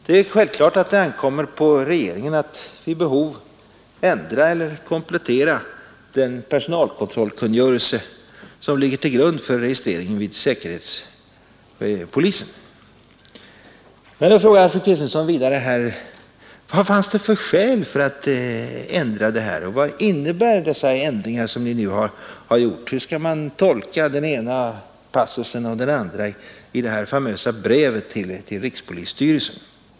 Det är självklart, att det ankommer på regeringen att vid behov ändra eller komplettera den personalkontrollkungörelse som ligger till grund för registreringen vid säkerhetspolisen. Sedan frågar fru Kristensson: Vad fanns det för skäl att vidta ändringar och vad innebär de ändringar vi har gjort? Hur skall man tolka den ena eller den andra passusen i brevet till rikspolisstyrelsen?